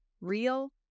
real